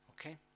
Okay